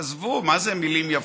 עזבו, מה זה מילים יפות,